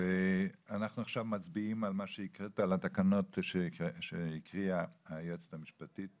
אנחנו עכשיו מצביעים על התקנות שהקריאה היועצת המשפטית